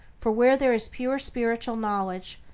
for where there is pure spiritual knowledge,